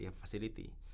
facility